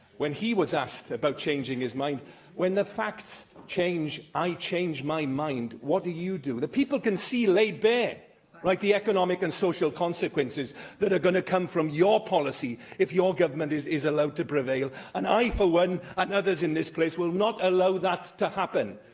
when he was asked about changing his mind when the facts change, i change my mind. what do you do? the people can see laid bare like the economic and social consequences that are going to come from your policy if your government is is allowed to prevail. and i for one, and others in this place, will not allow that to happen.